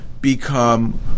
become